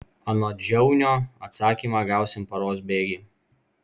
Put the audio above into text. anot žiaunio atsakymą gausim paros bėgy